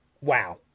wow